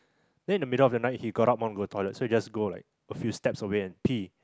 then in the middle of the night he got up want to go toilet so he just go like a few steps away and pee